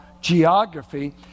geography